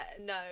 No